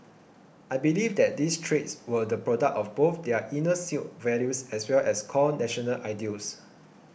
I believe that these traits were the product of both their inner Sikh values as well as core national ideals